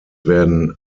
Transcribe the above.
werden